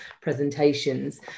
presentations